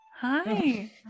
Hi